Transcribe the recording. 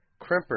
crimper